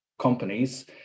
companies